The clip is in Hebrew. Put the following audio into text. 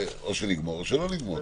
או שנגמור או שלא נגמור.